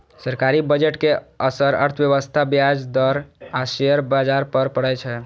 सरकारी बजट के असर अर्थव्यवस्था, ब्याज दर आ शेयर बाजार पर पड़ै छै